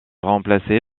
remplacé